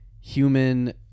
human